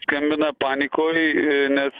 skambina panikoj nes